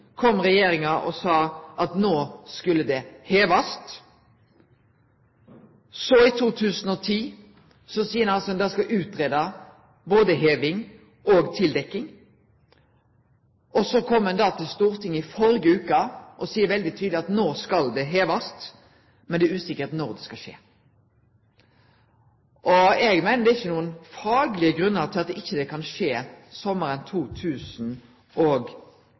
regjeringa at det skulle hevast. I 2010 seier ein altså at ein skal greie ut både det å heve og det å dekkje til. Og så kom ein til Stortinget i førre veka og sa veldig tydeleg at det skulle hevast, men det var usikkert når det skulle skje. Eg meiner det ikkje er nokon faglege grunnar til at det ikkje kan skje sommaren